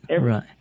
right